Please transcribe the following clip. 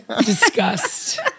Disgust